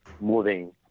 moving